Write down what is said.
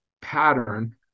pattern